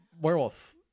werewolf